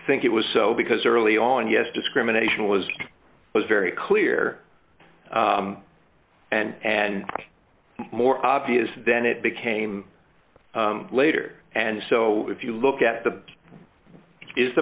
think it was so because early on yet discrimination was was very clear and and more obvious then it became later and so if you look at the is the